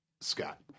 Scott